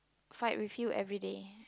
fight with you everyday